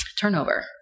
turnover